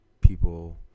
people